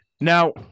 Now